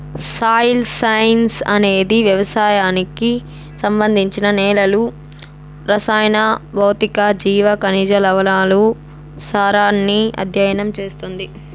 soil science అనేది వ్యవసాయానికి సంబంధించి నేలల రసాయన, భౌతిక, జీవ, ఖనిజ, లవణాల సారాన్ని అధ్యయనం చేస్తుంది